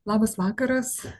labas vakaras